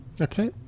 okay